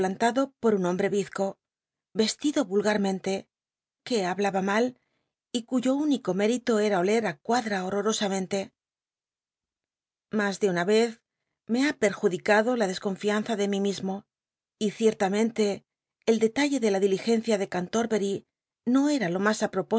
or un hombre vizco yeslido nllgarmenle juc hablaba mal y cuyo único mérito era oler a cuadra horrorosamente mas de una vez me ha perjudicado la desconfianza de mi mismo y ciertamente el detalle de la diligencia de cantorbery no era lo mas